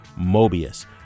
Mobius